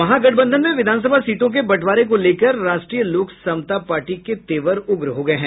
महागठबंधन में विधानसभा सीटों के बंटवारे को लेकर राष्ट्रीय लोक समता पार्टी के तेवर उग्र हो गये हैं